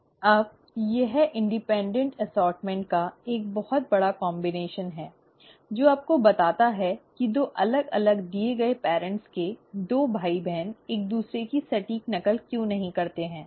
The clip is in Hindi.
अब यह स्वतंत्र वर्गीकरण का एक बहुत बड़ा संयोजन है जो आपको बताता है कि दो अलग अलग दिए गए पेरेंट्स के दो भाई बहन एक दूसरे की सटीक नकल क्यों नहीं करते हैं